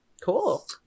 Cool